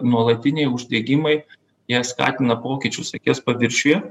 nuolatiniai uždegimai jie skatina pokyčius akies paviršiuje